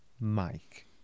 Mike